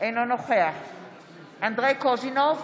אינו נוכח אנדרי קוז'ינוב,